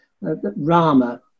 Rama